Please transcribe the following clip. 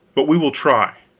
but we will try,